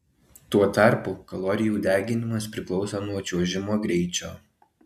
tuo tarpu kalorijų deginimas priklauso nuo čiuožimo greičio